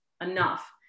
enough